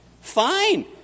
Fine